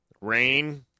Rain